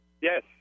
Yes